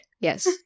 Yes